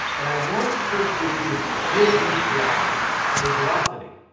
what i want to first do is give these blocks a velocity.